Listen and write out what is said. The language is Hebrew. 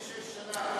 66 שנה.